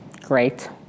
Great